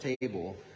table